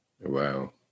Wow